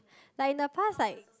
like in the past like